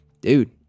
dude